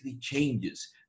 changes